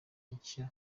nshya